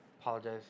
Apologize